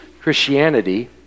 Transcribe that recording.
Christianity